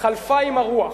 חלפה עם הרוח.